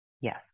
yes